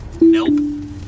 Nope